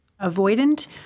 Avoidant